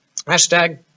hashtag